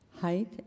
Height